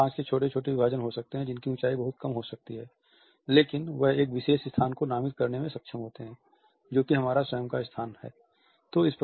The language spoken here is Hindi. यहाँ कांच के छोटे विभाजन हो सकते हैं जिनकी ऊंचाई बहुत कम हो सकती हैं लेकिन वह एक विशेष स्थान को नामित करने में सक्षम होते हैं जो कि हमारा स्वयं का स्थान है